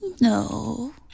No